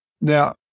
Now